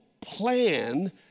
plan